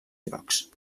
llocs